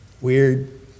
weird